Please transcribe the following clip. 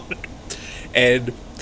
and